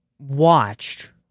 watched